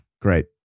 Great